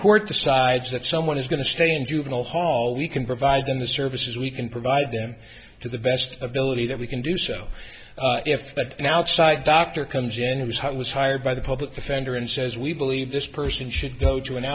court decides that someone is going to stay in juvenile hall we can provide them the services we can provide them to the best ability that we can do so if but an outside doctor comes in who was hired by the public defender and says we believe this person should go to an